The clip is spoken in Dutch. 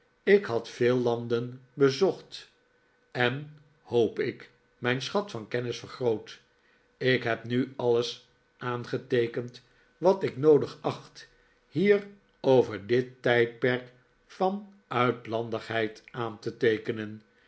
ik had veel landen bezocht en hoop ik mijn schat van kennis vergroot ik heb nu alles aangeteekend wat ik noodig acht hier over dit tijdperk van uitlandigheid aan te teekenen